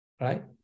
right